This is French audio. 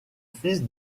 fils